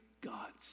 gods